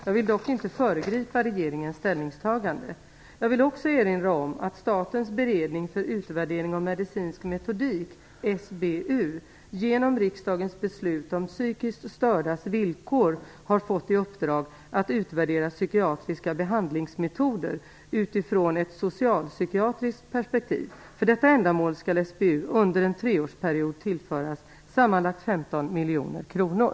Jag vill dock inte föregripa regeringens ställningstagande. Jag vill också erinra om att Statens beredning för utvärdering av medicinsk metodik genom riksdagens beslut om psykiskt stördas villkor har fått i uppdrag att utvärdera psykiatriska behandlingsmetoder utifrån ett social-psykiatriskt perspektiv. För detta ändamål skall SBU under en treårsperiod tillföras sammanlagt 15 miljoner kronor.